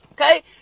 okay